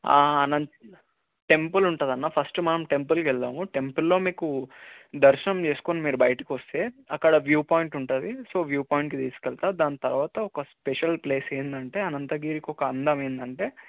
Anant temple ఉంటుంది అన్న first మనం టెంపుల్కి వెళ్దాము టెంపుల్లో మీకు దర్శనం చేసుకుని మీరు బయటకు వస్తే అక్కడ వ్యూ పాయింట్ ఉంటుంది సో వ్యూ పాయింట్కి తీసుకు వెళ్తాను దాని తర్వాత ఒక స్పెషల్ ప్లేస్ ఏంటంటే అనంతగిరికి ఒక అందం ఏంటంటే